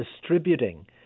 distributing